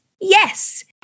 Yes